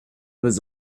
was